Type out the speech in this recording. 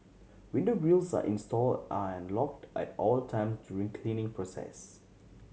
window grilles are installed and locked at all time during cleaning process